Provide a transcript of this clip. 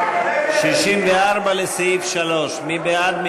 64 לסעיף 3, מי בעד?